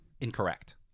Incorrect